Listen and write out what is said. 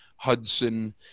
Hudson